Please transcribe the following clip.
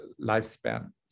lifespan